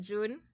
June